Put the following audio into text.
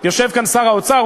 יושב כאן שר האוצר,